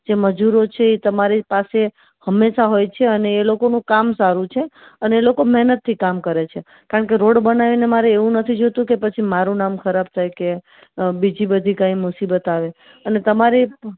જે મજૂરો છે એ તમારી પાસે હંમેશા હોય છે અને એ લોકોનું કામ સારું છે અને એ લોકો મહેનતથી કામ કરે છે કારણકે રોડ બનાવીને મારે એવું નથી જોઈતું કે પછી મારું નામ ખરાબ થાય કે બીજી બધી કાંઇ મુસીબત આવે અને તમારી